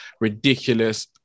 ridiculous